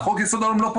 הפאזל.